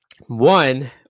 One